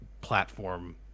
platform